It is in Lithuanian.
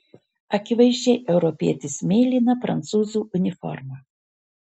akivaizdžiai europietis mėlyna prancūzų uniforma